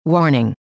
Warning